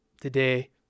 today